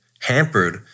hampered